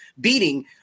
beating